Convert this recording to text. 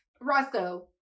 Roscoe